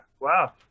Wow